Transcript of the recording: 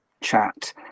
chat